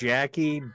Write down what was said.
Jackie